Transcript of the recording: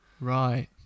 Right